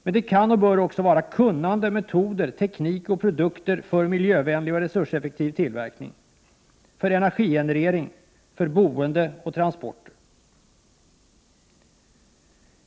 Men det kan och bör också vara kunnande, metoder, teknik och produkter för miljövänlig och resurseffektiv tillverkning, för energigenerering, för boende och för transporter.